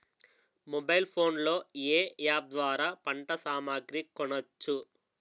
Mobile phone లో ఏ app ద్వారా పంట సామాగ్రి కొనచ్చు?